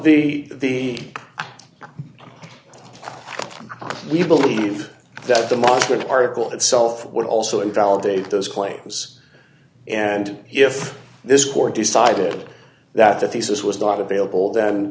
the the we believe that the market article itself would also invalidate those claims and if this court decided that the thesis was not available th